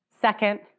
second